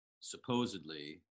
supposedly